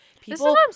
people